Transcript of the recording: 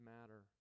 matter